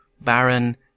Baron